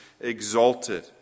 exalted